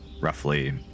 roughly